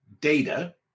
data